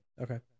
Okay